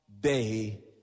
day